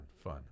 fun